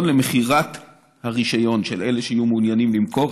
למכירת הרישיון של אלה שיהיו מעוניינים למכור,